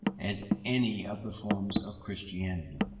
as any of the forms of christianity,